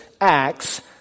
acts